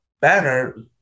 banner